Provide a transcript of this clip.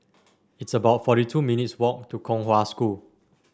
it's about forty two minutes' walk to Kong Hwa School